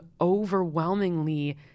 overwhelmingly